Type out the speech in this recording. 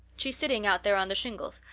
she's sitting out there on the shingles.